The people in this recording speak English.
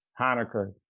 Hanukkah